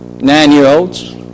Nine-year-olds